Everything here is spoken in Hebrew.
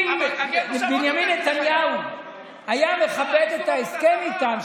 אם בנימין נתניהו היה מכבד את ההסכם איתם,